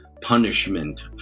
punishment